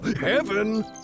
Heaven